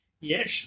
Yes